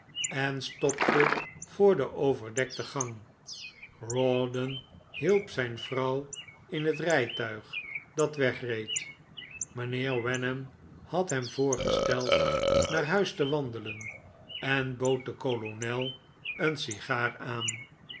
en stopte voor de overdekte gang rawdon hielp zijn vrouw in het rijtuig dat wegreed mijnheer wenham had hem voorgesteld naar huis te wandelen en bood den kolonel een sigaar aan